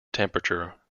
temperature